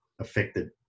affected